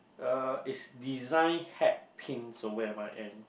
uh is design hat pins and